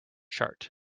chart